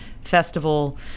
festival